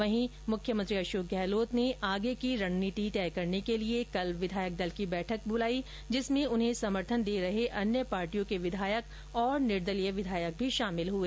वहीं मुख्यमंत्री अशोक गहलोत ने कल आगे की रणनीति तय करने के लिए विधायक दल की बैठक बुलाई जिसमें उन्हें समर्थन दे रहे अन्य पार्टियों के विधायक तथा निदर्लीय विधायक भी शामिल हुए